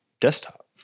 desktop